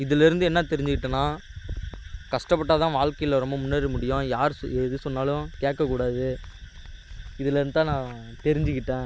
இதுலேருந்து என்ன தெரிஞ்சிக்கிட்டேன்னால் கஷ்டப்பட்டால் தான் வாழ்க்கையில் ரொம்ப முன்னேற முடியும் யார் எது சொன்னாலும் கேட்கக்கூடாது இதுலேருந்து தான் நான் தெரிஞ்சுக்கிட்டேன்